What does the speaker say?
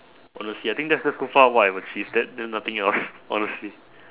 honestly I think that's just so far what I have achieved then then nothing else honestly